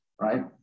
right